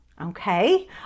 Okay